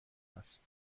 هست